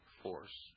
force